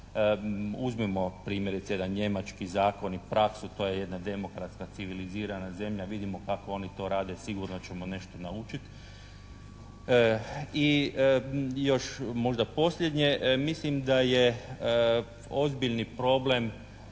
Uzmimo primjerice jedan njemački zakon i praksu. To je jedna demokratska civilizirana zemlja. Vidimo kako oni to rade, sigurno ćemo nešto naučiti. I još možda posljednje. Mislim da je ozbiljni problem